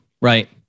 right